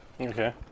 Okay